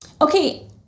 Okay